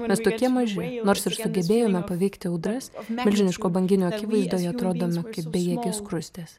mes tokie maži nors ir sugebėjome paveikti audras milžiniško banginio akivaizdoje atrodome kaip bejėgės skruzdės